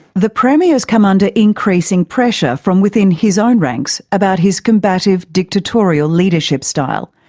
the premier's come under increasing pressure from within his own ranks about his combative, dictatorial leadership style.